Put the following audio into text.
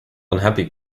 unhappy